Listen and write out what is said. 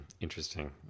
interesting